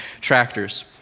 tractors